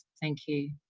thank you.